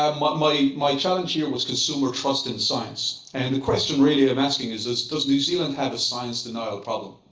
um but my my challenge here was consumer trust in science. and the question, really, i'm asking is, does new zealand have a science denial problem?